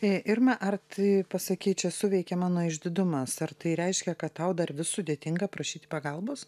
e irma ar t pasakiai čia suveikė mano išdidumas ar tai reiškia kad tau dar sudėtinga prašyti pagalbos